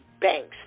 banks